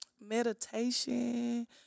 meditation